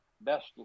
Best